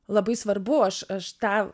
labai svarbu aš aš tą